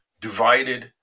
divided